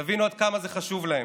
תבינו עד כמה זה חשוב להם.